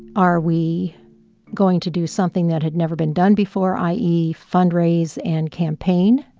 are we going to do something that had never been done before, i e. fundraise and campaign?